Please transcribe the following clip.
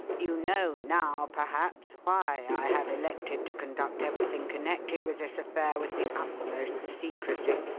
you know now, perhaps, why i have elected to conduct everything connected with this affair with the utmost secrecy.